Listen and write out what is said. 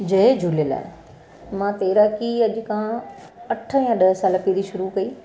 जय झूलेलाल मां तैराकी अॼु खां अठ या ॾह साल पहिरीं शुरू कई